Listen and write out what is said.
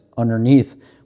Underneath